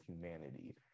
humanity